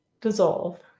dissolve